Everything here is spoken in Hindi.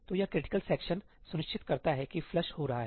तो यह क्रिटिकल सेक्शन सुनिश्चित करता है कि फ्लश हो रहा है